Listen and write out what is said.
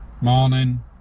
Morning